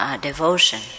devotion